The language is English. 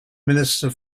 minister